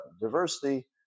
diversity